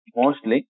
mostly